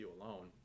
alone